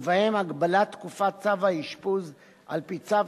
ובהם הגבלת תקופת צו האשפוז על-פי צו